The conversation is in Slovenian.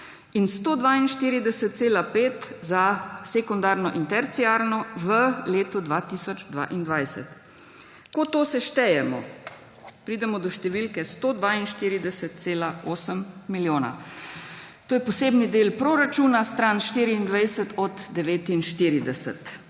in 142,5 za sekundarno in terciarno v letu 2022. Ko to seštejemo, pridemo do številke 142,8 milijona. To je posebni del proračuna, stran 24 od 49.